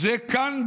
זה כאן,